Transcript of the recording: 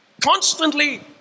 constantly